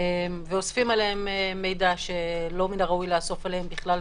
ואוספים עליהם מידע שלא מן הראוי לאסוף עליהם בכלל,